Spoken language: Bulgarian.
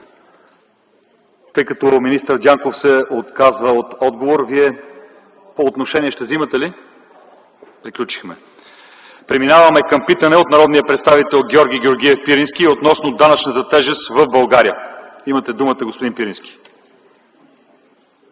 Тъй като министър Дянков се отказва от отговор, Вие ще вземате ли отношение? Не. Приключваме. Преминаваме към питане от народния представител Георги Георгиев Пирински относно данъчната тежест в България. Имате думата, господин Пирински.